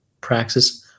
praxis